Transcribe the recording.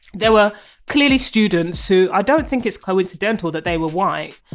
there were clearly students who i don't think it's coincidental that they were white,